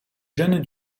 jeunes